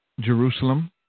Jerusalem